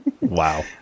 Wow